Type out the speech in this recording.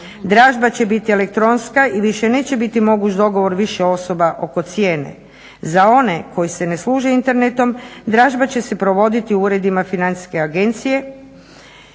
Dražba će biti elektronska i više neće biti moguć dogovor više osoba oko cijene. Za one koji se ne služe internetom dražba će se provoditi u uredima financijske agencije